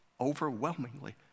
overwhelmingly